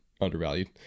undervalued